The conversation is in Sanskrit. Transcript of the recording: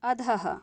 अधः